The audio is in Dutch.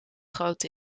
groot